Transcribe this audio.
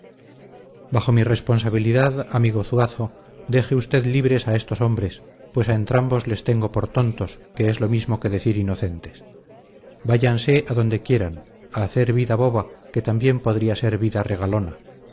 bajo mi responsabilidad amigo zuazo deje usted libres a estos hombres pues a entrambos les tengo por tontos que es lo mismo que decir inocentes váyanse a donde quieran a hacer vida boba que también podría ser vida regalona